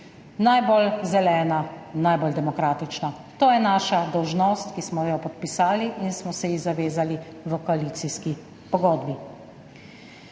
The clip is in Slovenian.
najbolj zelena, najbolj demokratična. To je naša dolžnost, ki smo jo podpisali in smo se ji zavezali v koalicijski pogodbi.